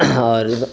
आओर